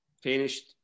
finished